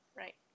right